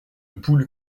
poule